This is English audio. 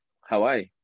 Hawaii